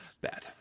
bad